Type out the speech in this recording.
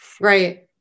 Right